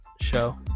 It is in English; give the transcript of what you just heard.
show